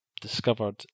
discovered